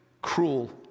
cruel